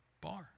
bar